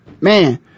Man